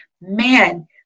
man